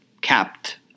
capped